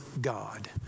God